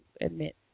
admit